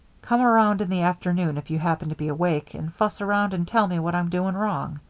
come around in the afternoon if you happen to be awake, and fuss around and tell me what i'm doing wrong.